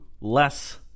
less